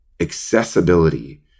accessibility